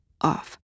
off